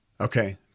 Okay